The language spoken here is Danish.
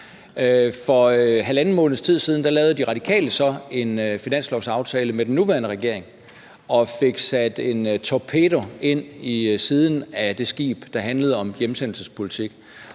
For halvanden måneds tid siden lavede De Radikale så en finanslovsaftale med den nuværende regering og fik sat en torpedo ind i siden på det skib, der handlede om hjemsendelsespolitik.